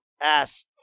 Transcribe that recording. ass